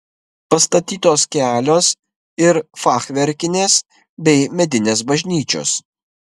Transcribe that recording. pastatytos kelios ir fachverkinės bei medinės bažnyčios